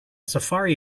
safari